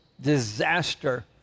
disaster